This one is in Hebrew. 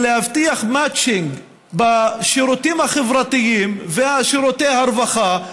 של להבטיח מצ'ינג בשירותים החברתיים ושירותי הרווחה,